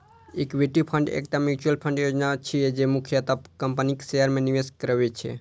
equity fund एकटा mutual fund योजना छियै, जे मुख्यतः कंपनीक शेयर मे निवेश करै छै